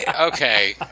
Okay